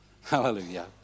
Hallelujah